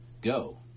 go